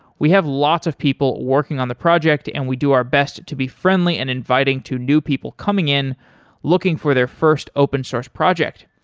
we have lots of people working on the project and we do our best to be friendly and inviting to new people coming in looking for their first open-source project.